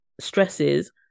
stresses